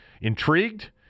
Intrigued